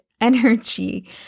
energy